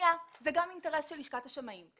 גם אינטרס של לשכת השמאים.